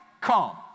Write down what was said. Come